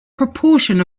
proportion